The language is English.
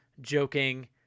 joking